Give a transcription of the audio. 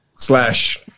Slash